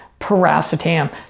Paracetam